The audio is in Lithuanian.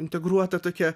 integruota tokia